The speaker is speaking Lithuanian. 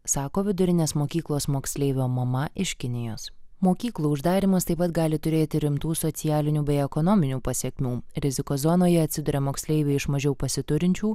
sako vidurinės mokyklos moksleivio mama iš kinijos mokyklų uždarymas taip pat gali turėti rimtų socialinių bei ekonominių pasekmių rizikos zonoje atsiduria moksleiviai iš mažiau pasiturinčių